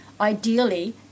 ideally